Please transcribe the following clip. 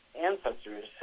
ancestors